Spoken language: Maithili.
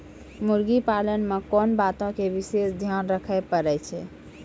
मुर्गी पालन मे कोंन बातो के विशेष ध्यान रखे पड़ै छै?